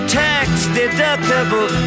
tax-deductible